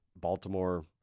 Baltimore